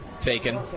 taken